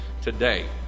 today